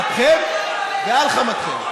על אפכם ועל חמתכם.